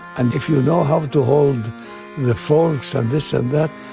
and if you know how to hold the forks and this and that.